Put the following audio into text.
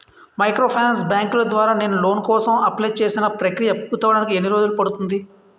Microfinance బ్యాంకుల ద్వారా నేను లోన్ కోసం అప్లయ్ చేసిన ప్రక్రియ పూర్తవడానికి ఎన్ని రోజులు పడుతుంది?